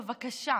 בבקשה,